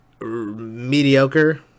mediocre